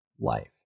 life